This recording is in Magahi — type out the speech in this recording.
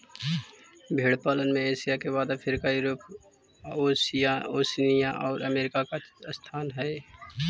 भेंड़ पालन में एशिया के बाद अफ्रीका, यूरोप, ओशिनिया और अमेरिका का स्थान हई